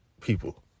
people